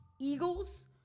Eagles